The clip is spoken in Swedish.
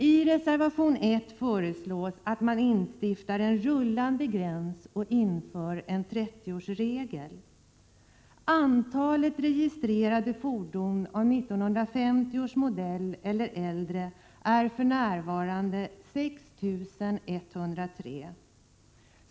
I reservation 1 föreslås att man instiftar en rullande gräns och inför en 30-årsregel. Antalet registrerade fordon av 1950 års modell eller äldre är för närvarande 6 103.